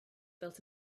built